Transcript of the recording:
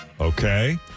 Okay